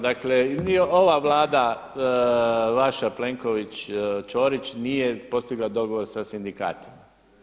Dakle, ni ova Vlada vaša Plenković – Ćorić nije postigla dogovor sa sindikatima.